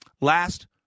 Last